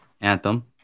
anthem